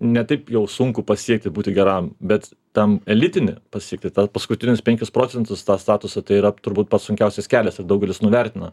ne taip jau sunku pasiekti būti geram bet tam elitinį pasiekti tą paskutinius penkis procentus tą statusą tai yra turbūt pats sunkiausias kelias ir daugelis nuvertina